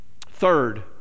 Third